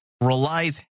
relies